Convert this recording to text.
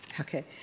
Okay